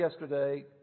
yesterday